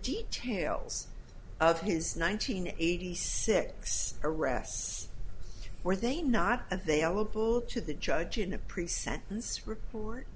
details of his one nine hundred eighty six arrests were they not available to the judge in a pre sentence report